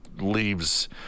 leaves